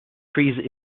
trees